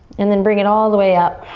and then bring it all the way up.